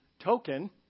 token